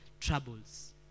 troubles